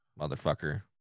Motherfucker